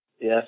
Yes